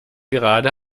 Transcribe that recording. gerade